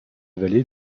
vallées